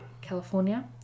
California